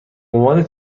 عنوان